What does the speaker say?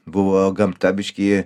buvo gamta biškį